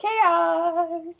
Chaos